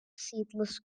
seedless